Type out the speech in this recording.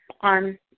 on